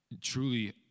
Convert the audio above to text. truly